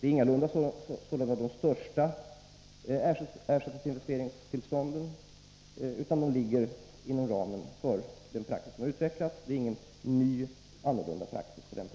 Det är ingalunda de största ersättningsinvesteringstillstånden, utan det hela ligger inom ramen för den praxis som har utvecklats. Det rör sig alltså inte om någon ny praxis.